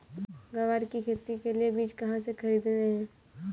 ग्वार की खेती के लिए बीज कहाँ से खरीदने हैं?